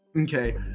Okay